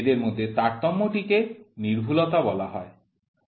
এদের মধ্যে তারতম্য টিকে নির্ভুলতা বলা হয়